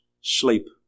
sleep